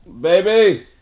Baby